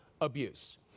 abuse